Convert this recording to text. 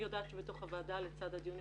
אני יודעת שבתוך הוועדה לצד הדיונים